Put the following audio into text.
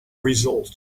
results